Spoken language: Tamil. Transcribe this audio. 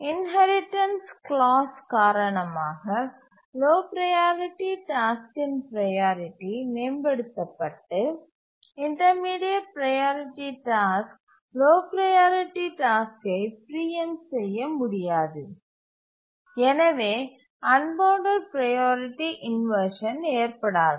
இன்ஹெரிடன்ஸ் க்ளாஸ் காரணமாக லோ ப்ரையாரிட்டி டாஸ்க்கின் ப்ரையாரிட்டி மேம்படுத்தப்பட்டு intermediate priority task low priority டாஸ்க்கை பிரீஎம்ட் செய்ய முடியாது எனவே அன்பவுண்டட் ப்ரையாரிட்டி இன்வர்ஷன் ஏற்படாது